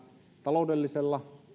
taloudellisella